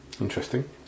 Interesting